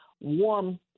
warm